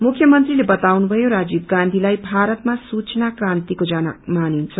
मुख्य मंत्रीले बताउनुभयो राजीव गान्धीलाई भारतमा सूचना क्रान्तिको जनक मानिन्छ